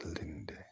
Linda